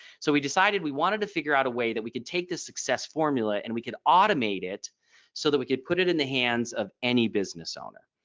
so we decided we wanted to figure out a way that we could take this success formula and we could automate it so that we could put it in the hands of any business owner.